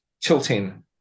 tilting